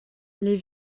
les